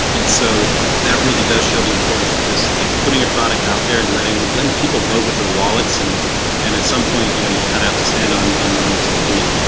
and so that really does show the importance of just like putting a product out there and letting letting people vote with their wallets and and at some point you know you kind of have to stand on on your own two feet